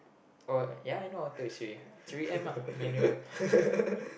oh ya I know auto three-M ah manual